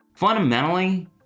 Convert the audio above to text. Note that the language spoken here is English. Fundamentally